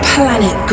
Planet